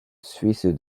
suisse